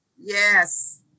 Yes